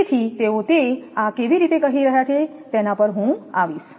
તેથી તેઓ તે આ કેવી રીતે કરી રહ્યા છે તેના પર હું પછી આવીશ